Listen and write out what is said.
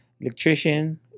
electrician